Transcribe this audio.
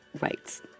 rights